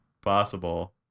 possible